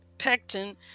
Pectin